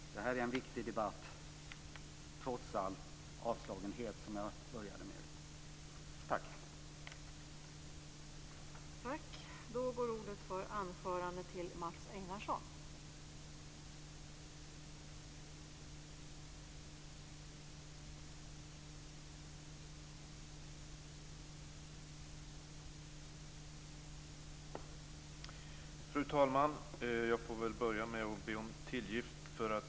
Det här är en viktig debatt trots den avslagenhet som jag började med.